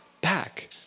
back